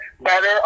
better